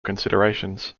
considerations